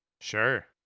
sure